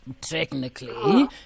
technically